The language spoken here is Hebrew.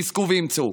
חזקו ואימצו.